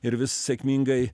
ir vis sėkmingai